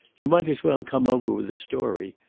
you might as well come over with the story.